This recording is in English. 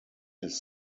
his